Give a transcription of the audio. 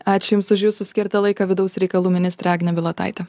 ačiū jums už jūsų skirtą laiką vidaus reikalų ministrė agnė bilotaitė